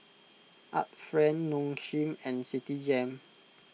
Art Friend Nong Shim and Citigem